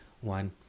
one